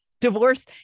Divorce